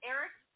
Eric